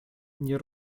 nie